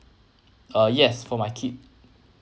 uh yes for my kid